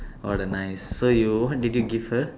all the nice so you what did you give her